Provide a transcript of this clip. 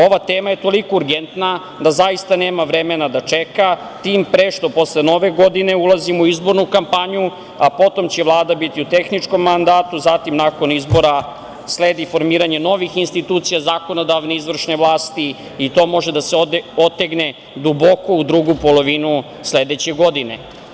Ova tema je toliko urgentna da zaista nema vremena da čeka, tim pre što posle Nove godine ulazimo u izbornu kampanju, a potom će Vlada biti u tehničkom mandatu, zatim nakon izbora sledi formiranje novih institucija, zakonodavne i izvršne vlasti i to može da se otegne duboko u drugu polovinu sledeće godine.